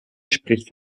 spricht